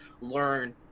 learn